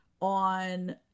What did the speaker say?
on